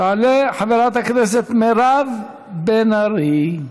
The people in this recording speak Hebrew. תעלה חברת הכנסת מירב בן ארי.